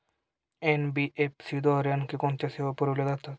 NBFC द्वारे आणखी कोणत्या सेवा पुरविल्या जातात?